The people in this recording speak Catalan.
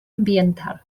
ambiental